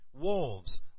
Wolves